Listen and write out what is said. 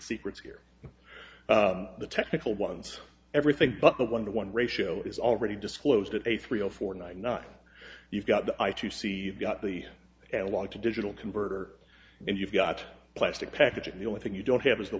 secrets here the technical ones everything but the one to one ratio is already disclosed that a three or four night not you've got the eye to see got the analog to digital converter and you've got plastic packaging the only thing you don't have is the